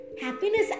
Happiness